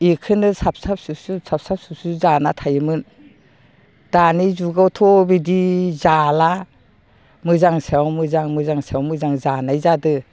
बेखौनो साबसाब सुबसु साबसाब सुबसु जाना थायोमोन दानि जुगावथ' बिदि जाला मोजां सायाव मोजां मोजां सायाव मोजां जानाय जादों